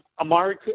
Amari